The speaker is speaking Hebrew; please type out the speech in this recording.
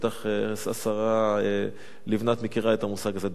בטח השרה לבנת מכירה את המושג הזה,